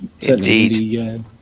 Indeed